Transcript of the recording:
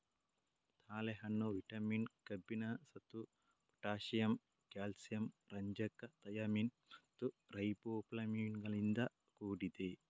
ತಾಳೆಹಣ್ಣು ವಿಟಮಿನ್, ಕಬ್ಬಿಣ, ಸತು, ಪೊಟ್ಯಾಸಿಯಮ್, ಕ್ಯಾಲ್ಸಿಯಂ, ರಂಜಕ, ಥಯಾಮಿನ್ ಮತ್ತು ರೈಬೋಫ್ಲಾವಿನುಗಳಿಂದ ಕೂಡಿದೆ